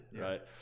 right